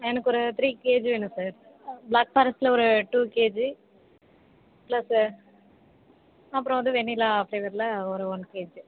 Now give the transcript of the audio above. எனக்கு ஒரு three KG வேணும் சார் பிளாக் ஃபாரஸ்ட்டில் ஒரு டூ கேஜி பிளஸ்ஸு அப்புறம் வந்து வெண்ணிலா ஃப்ளேவரில் ஒரு ஒன் கேஜி